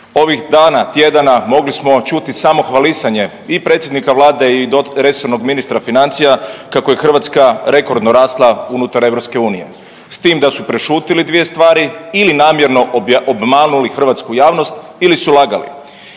Ovih dana, tjedana, mogli smo čuti samo hvalisanje i predsjednika vlade i resornog ministra financija kako je Hrvatska rekordno rasla unutar EU s tim da su prešutjeli dvije stvari ili namjerno obmanuli hrvatsku javnost ili su lagali.